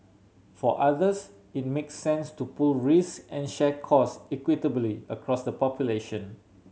for others it makes sense to pool risk and share cost equitably across the population